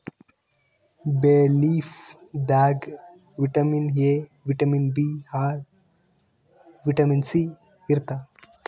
ಬೇ ಲೀಫ್ ದಾಗ್ vitamin A, vitamin B ಆರ್, ವಿಟಮಿನ್ ಸಿ ಇರ್ತವ್